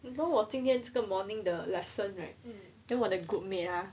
you know 我今天这个 morning the lesson right then 我的 group mate ah